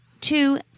two